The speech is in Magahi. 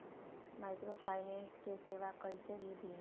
माइक्रोफाइनेंस के सेवा कइसे विधि?